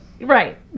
Right